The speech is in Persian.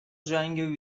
جنگ